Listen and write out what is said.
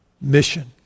mission